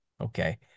Okay